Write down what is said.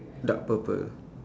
dark purple